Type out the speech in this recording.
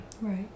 Right